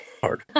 Hard